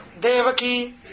Devaki